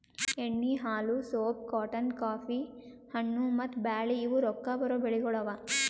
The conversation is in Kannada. ಎಣ್ಣಿ, ಹಾಲು, ಸೋಪ್, ಕಾಟನ್, ಕಾಫಿ, ಹಣ್ಣು, ಮತ್ತ ಬ್ಯಾಳಿ ಇವು ರೊಕ್ಕಾ ಬರೋ ಬೆಳಿಗೊಳ್ ಅವಾ